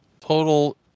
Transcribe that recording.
total